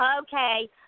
Okay